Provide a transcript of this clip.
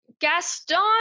Gaston